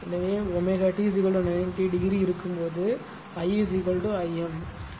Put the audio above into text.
எனவே ω t 90 degree இருக்கும் போது I Im